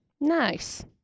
Nice